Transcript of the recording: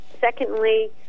Secondly